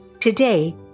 Today